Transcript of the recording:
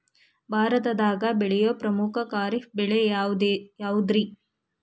ಭಾರತದಾಗ ಬೆಳೆಯೋ ಪ್ರಮುಖ ಖಾರಿಫ್ ಬೆಳೆ ಯಾವುದ್ರೇ?